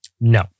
No